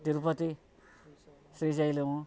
Tirupati Srisailam